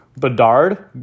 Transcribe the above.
Bedard